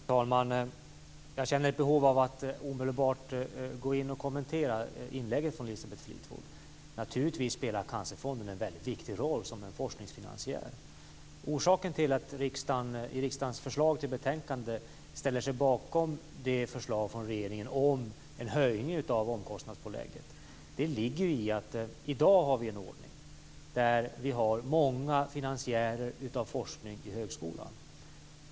Fru talman! Jag känner ett behov av att omedelbart kommentera Elisabeth Fleetwoods inlägg. Naturligtvis spelar Cancerfonden en mycket viktig roll som forskningsfinansiär. Orsaken till att riksdagens förslag till betänkande stöder det förslag som regeringen lagt fram om en höjning av omkostnadspålägget ligger i att vi i dag har en ordning med många finansiärer av forskning vid högskolan.